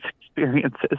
experiences